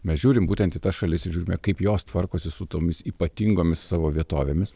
mes žiūrim būtent į tas šalis ir žiūrime kaip jos tvarkosi su tomis ypatingomis savo vietovėmis